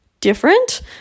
different